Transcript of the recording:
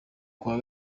kuwa